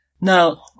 Now